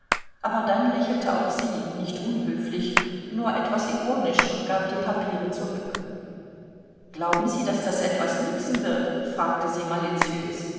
aber dann lächelte auch sie nicht unhöflich nur etwas ironisch und gab die papiere zurück glauben sie daß das etwas nützen wird fragte sie maliziös